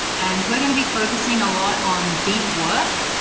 and we're going to be focusing a lot on deep work.